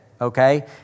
Okay